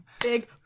Big